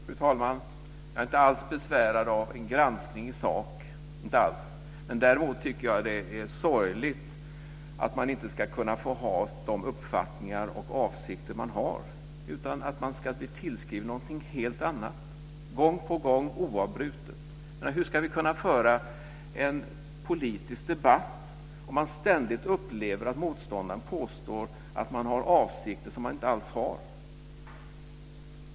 Fru talman! Jag är inte alls besvärad av en granskning i sak. Däremot tycker jag att det är sorgligt att man inte ska kunna ha de uppfattningar och avsikter som man har, utan att man gång på gång ska bli tillskriven något helt annat. Hur ska man kunna föra en politisk debatt om man ständigt upplever att motståndaren påstår att man har avsikter som man inte alls har.